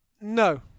No